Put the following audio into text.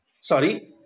Sorry